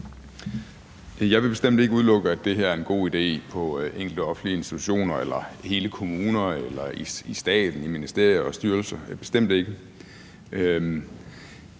Jeg vil bestemt ikke udelukke, at det her er en god idé på enkelte offentlige institutioner, i hele kommuner, i staten eller i ministerier og styrelser – bestemt ikke.